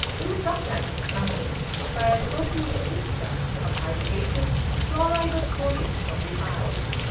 it is sometimes accompanied by a copious discharge of hydrated chloride of sodium from the eyes.